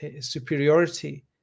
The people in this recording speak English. superiority